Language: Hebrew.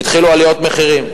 התחילו עליות מחירים.